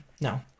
No